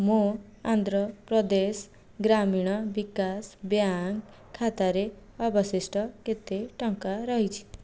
ମୋ ଆନ୍ଧ୍ରପ୍ରଦେଶ ଗ୍ରାମୀଣ ବିକାଶ ବ୍ୟାଙ୍କ ଖାତାରେ ଅବଶିଷ୍ଟ କେତେ ଟଙ୍କା ରହିଛି